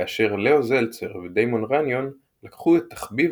כאשר ליאו זלצר ודיימון ראניון לקחו את תחביב